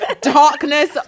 darkness